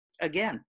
again